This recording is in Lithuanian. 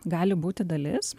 gali būti dalis